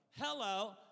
Hello